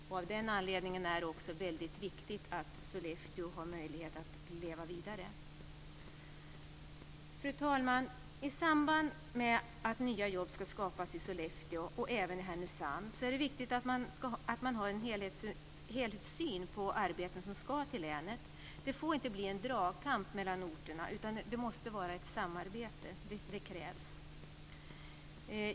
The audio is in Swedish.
Också av den anledningen är det väldigt viktigt att Sollefteå har möjlighet att leva vidare. Fru talman! I samband med att nya jobb ska skapas i Sollefteå och även i Härnösand är det viktigt att man har en helhetssyn på de arbeten som ska till länet. Det får inte bli en dragkamp mellan orterna, utan det krävs ett samarbete.